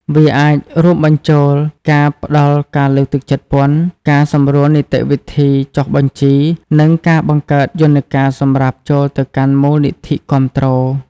វាអាចរួមបញ្ចូលការផ្តល់ការលើកទឹកចិត្តពន្ធ ការសម្រួលនីតិវិធីចុះបញ្ជី និងការបង្កើតយន្តការសម្រាប់ចូលទៅកាន់មូលនិធិគាំទ្រ ។